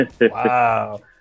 wow